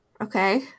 Okay